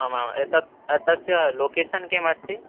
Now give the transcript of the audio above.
आम् आम् एतत् एतत् लोकेशन् किमस्ति